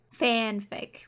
fanfic